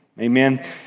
Amen